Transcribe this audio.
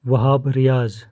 Wahab Riyaz